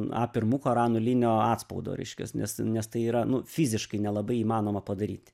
a pirmuko yra nulinio atspaudo reiškias nes nes tai yra nu fiziškai nelabai įmanoma padaryti